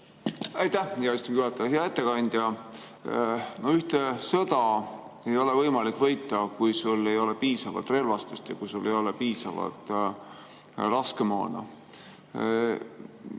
Aitäh, hea istungi juhataja! Hea ettekandja! Ühtegi sõda ei ole võimalik võita, kui sul ei ole piisavalt relvastust ja kui sul ei ole piisavalt laskemoona.